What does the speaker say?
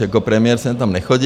Jako premiér jsem tam nechodil.